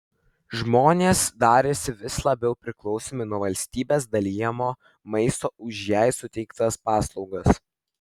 žmonės darėsi vis labiau priklausomi nuo valstybės dalijamo maisto už jai suteiktas paslaugas